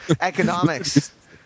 Economics